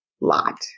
lot